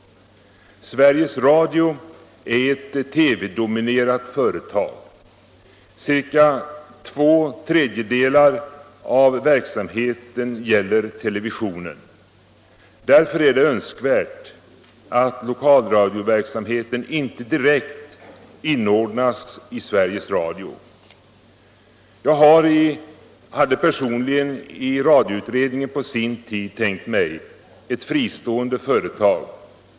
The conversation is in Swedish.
Sveriges Radio är ett TV dominerat företag — ca två tredjedelar av verksamheten gäller televisionen. Därför är det önskvärt att lokalradioverksamheten inte direkt inordnas i Sveriges Radio. Jag hade personligen i radioutredningen på sin tid tänkt mig ett fristående företag.